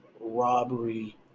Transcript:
robbery